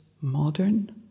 modern